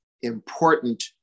important